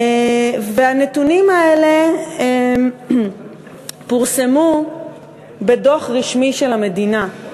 הנתונים האלה פורסמו בדוח רשמי של המדינה,